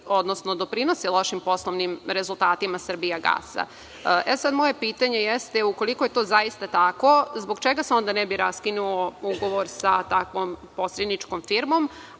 odnosno doprinosi lošim poslovnim rezultatima „Srbijagasa“.Moje pitanje jeste, ukoliko je to zaista tako, zbog čega se onda ne bi raskinuo ugovor sa takvom posredničkom firmom,